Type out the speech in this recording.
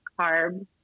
carbs